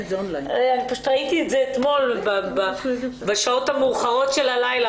אני פשוט ראיתי את זה אתמול בשעות המאוחרות של הלילה,